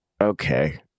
Okay